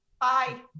bye